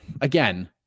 again